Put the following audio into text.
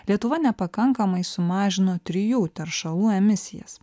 lietuva nepakankamai sumažino trijų teršalų emisijas